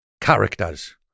characters